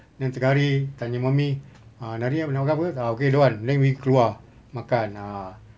then tengah hari tanya mummy ah hari ni nak makan apa ah okay don't want then we keluar makan ah